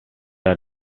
are